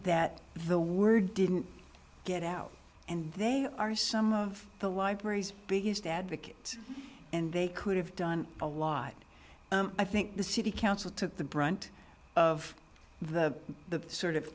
that the word didn't get out and they are some of the library's biggest advocate and they could have done a lot i think the city council took the brunt of the sort of